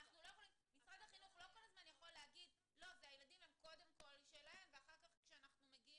משרד החינוך לא יכול לומר כל הזמן שהילדים הם קודם כל שלהם ואחר כך,